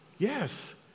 Yes